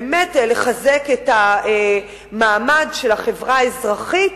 באמת לחזק את המעמד של החברה האזרחית,